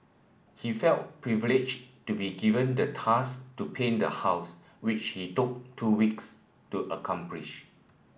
he felt privileged to be given the task to paint the house which he took two weeks to accomplish